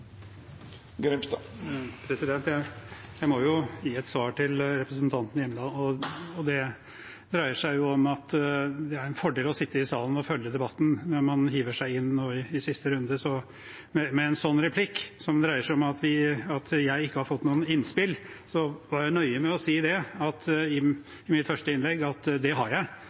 representanten Hjemdal. Det er en fordel å sitte i salen og følge debatten når man hiver seg inn i siste runde med en slik replikk, som dreier seg om at jeg ikke har fått noen innspill. Jeg var nøye med å si i mitt første innlegg at det har jeg